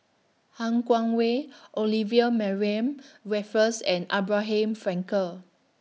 Han Guangwei Olivia Mariamne Raffles and Abraham Frankel